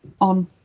on